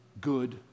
good